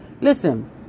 listen